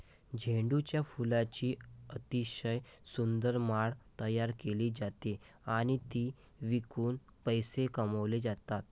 झेंडूच्या फुलांची अतिशय सुंदर माळ तयार केली जाते आणि ती विकून पैसे कमावले जातात